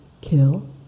kill